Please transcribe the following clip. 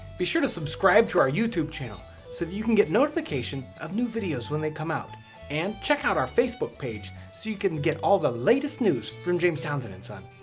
be sure to subscribe to our youtube channel so that you can get notifications of new videos when they come out and check out our facebook page so you can get all the latest news from jas. townsend and son.